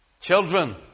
Children